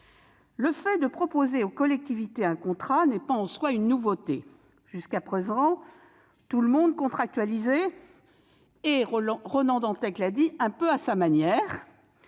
Le fait de proposer aux collectivités un contrat n'est pas en soi une nouveauté. Jusqu'à présent, tout le monde contractualisait un peu à sa manière,